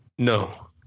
No